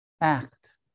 act